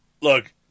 Look